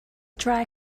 dry